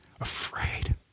afraid